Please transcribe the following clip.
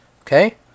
Okay